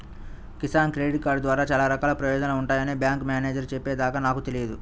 Kisan credit card ద్వారా చాలా రకాల ప్రయోజనాలు ఉంటాయని బ్యాంకు మేనేజేరు చెప్పే దాకా నాకు తెలియదు